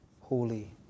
holy